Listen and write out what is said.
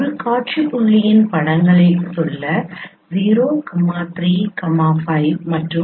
ஒரு காட்சி புள்ளியின் படங்கள் சொல்ல 0 3